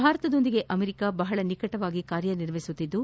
ಭಾರತದೊಂದಿಗೆ ಅಮೆರಿಕಾ ಬಹಳ ನಿಕಟವಾಗಿ ಕಾರ್ಯನಿರ್ವಹಿಸುತ್ತಿದ್ದು